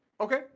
Okay